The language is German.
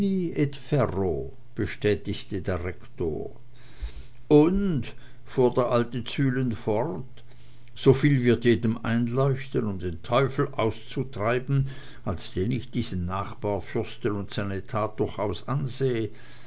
bestätigte der rektor und fuhr der alte zühlen fort soviel wird jedem einleuchten um den teufel auszutreiben als den ich diesen nachbarfürsten und seine tat durchaus ansehe